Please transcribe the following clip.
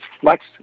flex